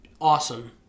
awesome